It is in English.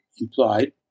implied